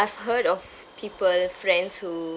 I've heard of people friends who